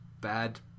bad